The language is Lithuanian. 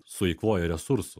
sueikvoja resursų